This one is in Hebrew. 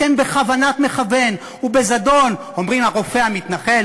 אתם בכוונת מכוון ובזדון אומרים: הרופא המתנחל.